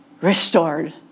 restored